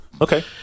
Okay